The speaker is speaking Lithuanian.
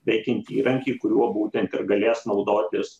veikiant įrankį kuriuo būtent ir galės naudotis